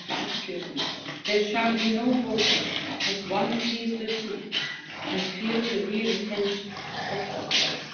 excuse me there shall be no voting as one sees the truth and feel the real intention of others.